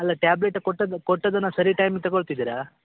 ಅಲ್ಲ ಟ್ಯಾಬ್ಲೆಟ್ ಕೊಟ್ಟದ್ದು ಕೊಟ್ಟದನ್ನು ಸರಿ ಟೈಮಿಗೆ ತಗೋಳ್ತಿದಿರಾ